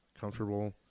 Comfortable